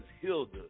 Hilda